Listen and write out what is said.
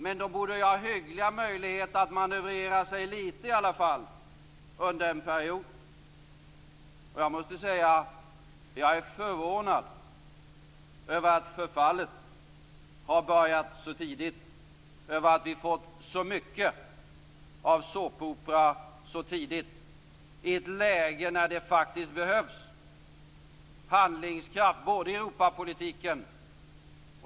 Men de borde ha hyggliga möjligheter att manövrera lite, under en period. Jag måste säga att jag är förvånad över att förfallet har börjat så tidigt och över att vi har fått så mycket av såpopera så tidigt. Läget är ju sådant att det behövs handlingskraft, också i Europapolitiken.